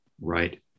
right